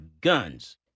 guns